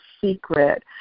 secret